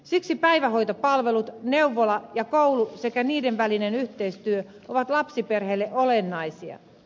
siksi päivähoitopalvelut neuvola ja koulu sekä niiden välinen yhteistyö ovat lapsiperheelle olennaisia